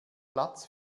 platz